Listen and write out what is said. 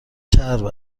چرب